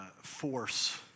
force